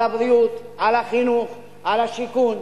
על הבריאות, על החינוך, על השיכון,